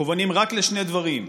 מכוונים רק לשני דברים: